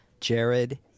Jared